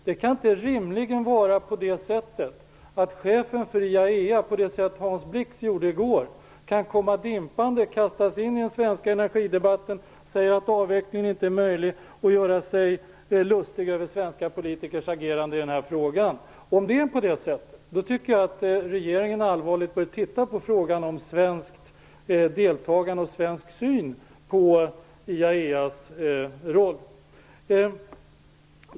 Det kan rimligen inte vara på det sättet att chefen för IAEA kan komma dimpande och kasta sig in i den svenska energidebatten, säga att avveckling inte är möjlig och göra sig lustig över svenska politikers agerande i frågan på det sätt Hans Blix gjorde i går. Om det är på det sättet tycker jag att regeringen allvarligt bör titta på frågan om svenskt deltagande och svensk syn på IAEA:s roll.